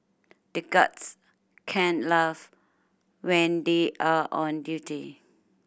the guards can laugh when they are on duty